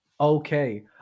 okay